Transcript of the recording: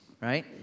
right